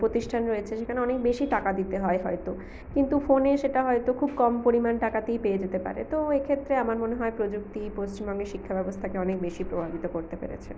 প্রতিষ্ঠান রয়েছে সেখানে অনেক বেশি টাকা দিতে হয় হয়ত কিন্তু ফোনে সেটা হয়ত খুব কম পরিমাণ টাকাতেই পেয়ে যেতে পারে তো এক্ষেত্রে আমার মনে হয় প্রযুক্তি পশ্চিমবঙ্গের শিক্ষাব্যবস্থাকে অনেক বেশি প্রভাবিত করতে পেরেছে